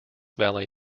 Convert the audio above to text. valley